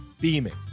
beaming